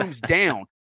down